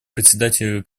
председателю